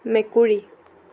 মেকুৰী